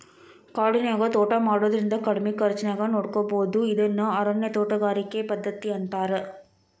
ಕಾಡಿನ್ಯಾಗ ತೋಟಾ ಮಾಡೋದ್ರಿಂದ ಕಡಿಮಿ ಖರ್ಚಾನ್ಯಾಗ ನೋಡ್ಕೋಬೋದು ಇದನ್ನ ಅರಣ್ಯ ತೋಟಗಾರಿಕೆ ಪದ್ಧತಿ ಅಂತಾರ